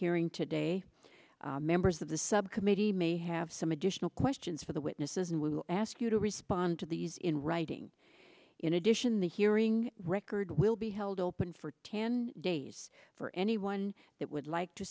hearing today members of the subcommittee may have some additional questions for the witnesses and we will ask you to respond to these in writing in addition the hearing record will be held open for ten days for anyone that would like to